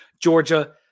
Georgia